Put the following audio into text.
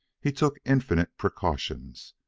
he took infinite precautions.